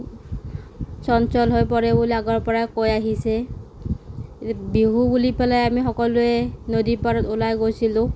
চঞ্চল হৈ পৰে বুলি আগৰ পৰাই কৈ আহিছে বিহু বুলি পেলাই আমি সকলোৱে নদী পাৰত ওলাই গৈছিলোঁ